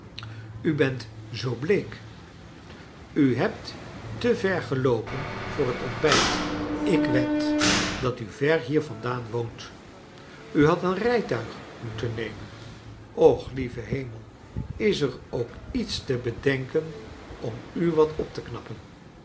u bent zoo bleek u hebt te ver geloopen voor het ontbijt ik wed dat u ver hier vandaan woont u hadt een rijtuig moeten nemen och lieve hemel is er ook lets te bedenken om u wat op te knappen